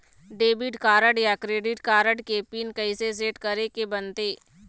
Debit card या card कारड के पिन कइसे सेट करे के बनते?